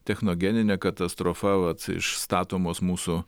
technogeninė katastrofa vat iš statomos mūsų